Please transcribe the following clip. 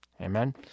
Amen